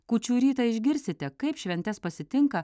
kūčių rytą išgirsite kaip šventes pasitinka